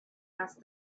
asked